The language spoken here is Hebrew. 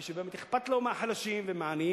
מי שבאמת אכפת לו מהחלשים ומהעניים,